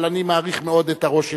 אבל אני מעריך מאוד את הראש שלו.